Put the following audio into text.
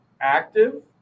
active